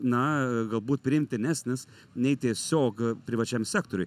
na galbūt priimtinesnis nei tiesiog privačiam sektoriui